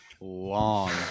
long